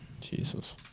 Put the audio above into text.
Jesus